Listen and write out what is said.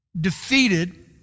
defeated